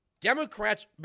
Democrats